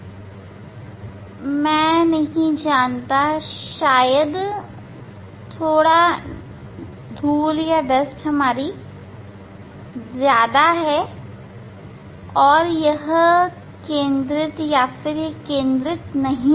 यह है मैं नहीं जानताधूल मैं नहीं जानता कि धूल अधिक है या यह केंद्रित नहीं है